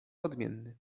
odmienny